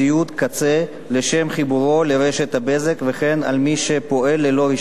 חיבורו לרשת הבזק וכן על מי שפועל ללא רשיון היתר או אישור.